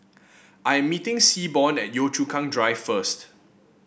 I am meeting Seaborn at Yio Chu Kang Drive first